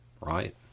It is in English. right